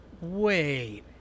Wait